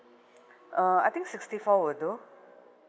uh I think sixty four will do